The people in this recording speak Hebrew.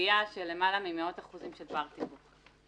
גביה של למעלה ממאות אחוזים של פער תיווך.